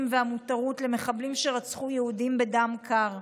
והמותרות למחבלים שרצחו יהודים בדם קר.